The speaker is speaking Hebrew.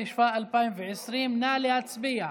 התשפ"א 2020. נא להצביע.